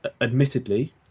Admittedly